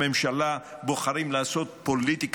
הערב הזה אתם מתגרדים באי-נוחות,